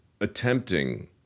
attempting